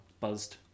buzzed